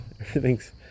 everything's